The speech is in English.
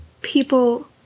people